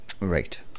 right